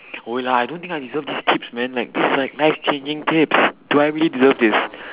no lah I don't think I deserve these tips man like this like life saving tips do I really deserve this